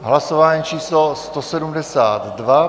Hlasování číslo 172.